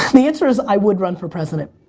the answer is i would run for president.